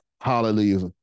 hallelujah